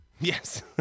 Yes